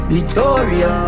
Victoria